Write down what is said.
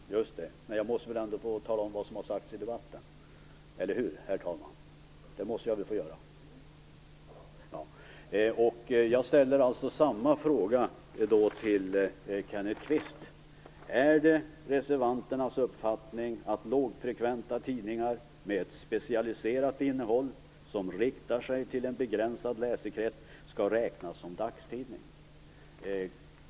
Herr talman! Ja, men jag måste väl ändå få tala om vad som har sagts i debatten? Det måste jag väl få göra? Jag ställer samma fråga till Kenneth Kvist: Är det reservanternas uppfattning att lågfrekventa tidningar med specialiserat innehåll som riktar sig till en begränsad läsekrets skall räknas som dagstidning?